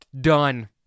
Done